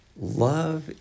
Love